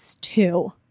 two